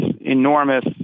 enormous